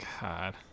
God